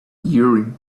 urim